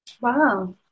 Wow